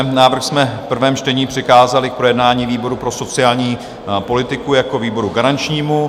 Návrh jsme v prvém čtení přikázali k projednání výboru pro sociální politiku jako výboru garančnímu.